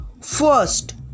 first